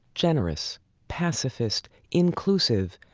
generous, pacifist, inclusive,